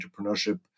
entrepreneurship